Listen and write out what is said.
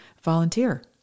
volunteer